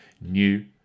New